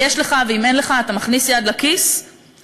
אם יש לך ואם אין לך אתה מכניס יד לכיס ואתה